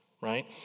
Right